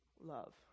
love